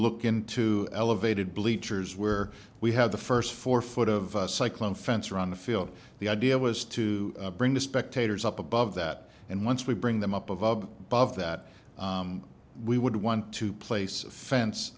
look into elevated bleachers where we had the first four foot of cycling fence around the field the idea was to bring the spectators up above that and once we bring them up of above that we would want to place a fence